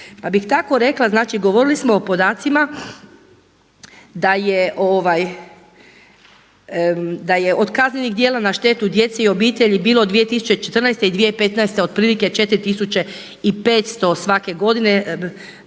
Pa bi tako rekla, znači govorili smo o podacima da je od kaznenih djela na štetu djece i obitelji bilo 2014. i 2015. otprilike 4500 svake godine